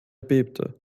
bebte